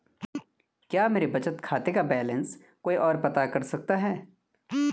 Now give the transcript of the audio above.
क्या मेरे बचत खाते का बैलेंस कोई ओर पता कर सकता है?